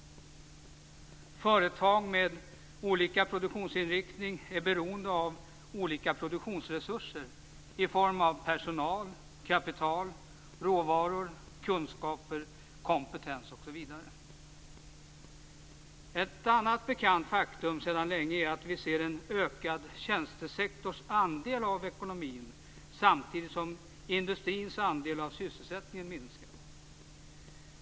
Företag med olika produktionsinriktning är beroende av olika produktionsresurser i form av personal, kapital, råvaror, kunskaper, kompetens osv. Ett annat bekant faktum sedan länge är att vi ser en ökad tjänstesektorsandel i ekonomin, samtidigt som industrins del av sysselsättningen minskar.